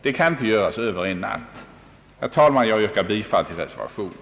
Det kan inte göras över en natt. Herr talman! Jag yrkar bifall till reservationen.